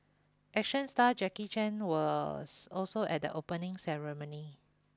action star Jackie Chan was also at the opening ceremony